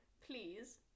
please